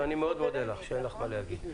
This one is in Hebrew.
אני מאוד מודה לך שאין לך מה להגיד.